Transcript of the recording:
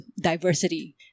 diversity